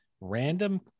Random